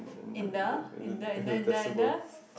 in the in the in the in the in the